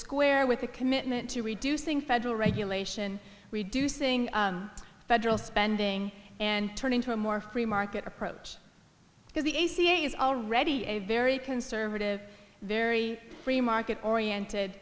square with a commitment to reducing federal regulation reducing federal spending and turning to a more free market approach because the a c s already a very conservative very free market oriented